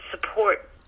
support